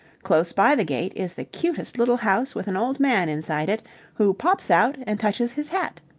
close by the gate is the cutest little house with an old man inside it who pops out and touches his hat.